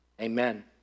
Amen